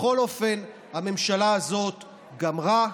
בכל אופן, הממשלה הזאת גמרה.